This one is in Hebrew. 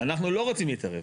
ואנחנו לא רוצים להתערב.